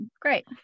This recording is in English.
great